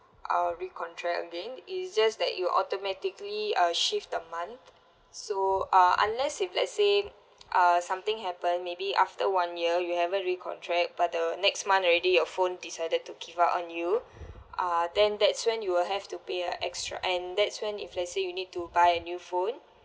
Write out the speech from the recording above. uh recontract again is just that you automatically uh shift the month so uh unless if let's say uh something happen maybe after one year you haven't recontract but the next month already your phone decided to give up on you uh then that's when you will have to pay a extra and that's when if let's say you need to buy a new phone